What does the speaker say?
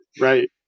Right